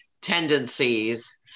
tendencies